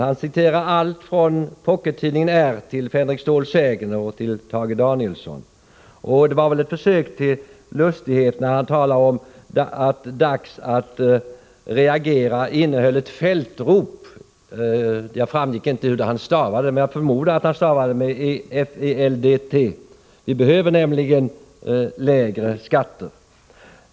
Han citerar allt från Pockettidningen R över Fänrik Ståls sägner till Tage Danielsson. Det var väl ett försök till lustighet när han talade om att Dags att reagera innehöll ett fältrop; det framgick inte hur han stavar det, men jag förmodar att det är med eldt. Vi behöver nämligen lägre skatter.